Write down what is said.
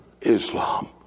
Islam